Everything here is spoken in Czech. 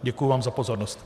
Děkuji vám za pozornost.